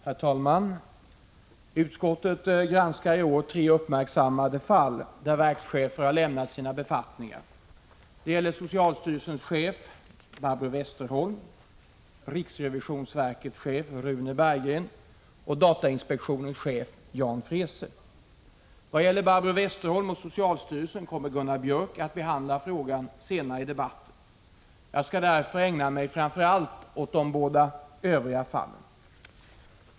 Herr talman! Utskottet granskar i år tre uppmärksammade fall där verkschefer har lämnat sina befattningar. Det gäller socialstyrelsens chef Barbro Westerholm, riksrevisionsverkets chef Rune Berggren och datainspektionens chef Jan Freese. I vad gäller Barbro Westerholm och socialstyrelsen kommer Gunnar Biörck i Värmdö senare att behandla den frågan i debatten. Jag skall därför ägna mig framför allt åt de båda övriga fallen.